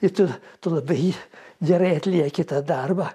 ir tu tu labai gerai atlieki tą darbą